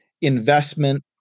investment